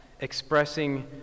expressing